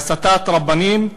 הסתת רבנים,